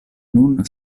nun